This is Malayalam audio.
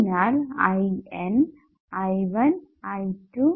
അതിനാൽ I N I1I2